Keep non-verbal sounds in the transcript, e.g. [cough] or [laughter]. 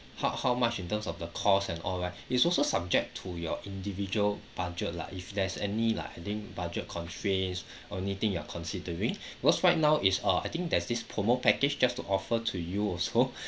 how how much in terms of the cost and all right it's also subject to your individual budget lah if there's any like I think budget constraints or anything you're considering [breath] because right now it's uh I think there's this promo package just to offer to you also [breath]